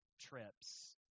trips